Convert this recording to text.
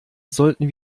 sollten